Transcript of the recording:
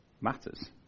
matters